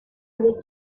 les